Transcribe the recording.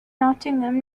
nottingham